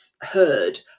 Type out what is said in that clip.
heard